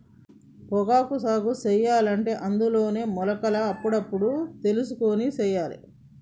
పొగాకు సాగు సెయ్యలంటే అందులోనే మొలకలు అప్పుడప్పుడు తెలుసుకొని సెయ్యాలే